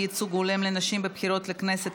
ייצוג הולם לנשים בבחירות לכנסת),